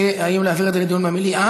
זה להעביר את זה לדיון במליאה.